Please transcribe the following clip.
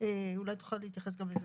אולי תוכל להתייחס גם לזה.